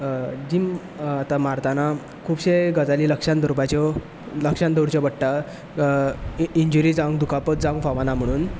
gym मारताना खुबशे गजाली लक्षांत दवरपाच्यो लक्षांत धरच्यो पडटात इंनजरी जावंक दुखापत जावंक फावना म्हणून